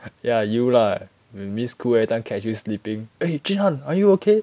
ya you lah miss koo everytime catch you sleeping eh jun an are you okay